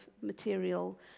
material